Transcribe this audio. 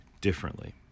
differently